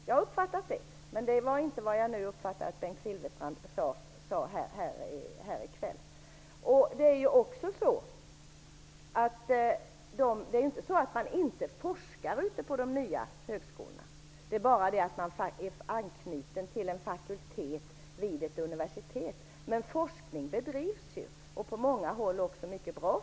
Jag har uppfattat det så, men jag uppfattade inte att Bengt Silfverstrand sade så här i kväll. Man forskar på de nya högskolorna. Det är bara det att man är knuten till en fakultet vid ett universitet. Men forskning bedrivs, som sagt. På många håll är den också mycket bra.